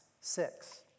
six